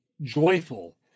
joyful